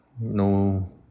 no